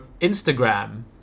instagram